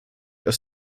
aus